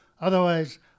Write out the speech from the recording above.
Otherwise